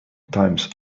times